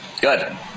Good